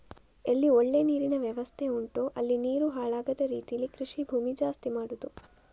ಎಲ್ಲಿ ಒಳ್ಳೆ ನೀರಿನ ವ್ಯವಸ್ಥೆ ಉಂಟೋ ಅಲ್ಲಿ ನೀರು ಹಾಳಾಗದ ರೀತೀಲಿ ಕೃಷಿ ಭೂಮಿ ಜಾಸ್ತಿ ಮಾಡುದು